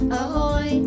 ahoy